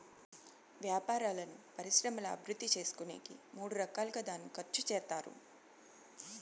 వ్యాపారాలను పరిశ్రమల అభివృద్ధి చేసుకునేకి మూడు రకాలుగా దాన్ని ఖర్చు చేత్తారు